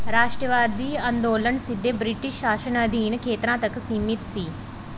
ਰਾਸ਼ਟਰਵਾਦੀ ਅੰਦੋਲਨ ਸਿੱਧੇ ਬ੍ਰਿਟਿਸ਼ ਸ਼ਾਸਨ ਅਧੀਨ ਖੇਤਰਾਂ ਤੱਕ ਸੀਮਿਤ ਸੀ